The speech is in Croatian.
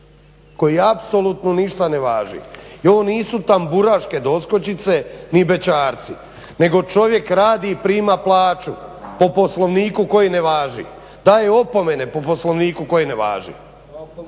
koji apsolutno ništa ne važi. I ovo nisu tamburaške doskočice ni bećarci nego čovjek radi i prima plaću po Poslovniku koji ne važi, daje opomene po Poslovniku koji ne važi.